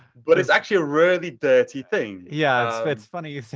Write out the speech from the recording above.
but it's actually a really dirty thing. yeah, it's funny you say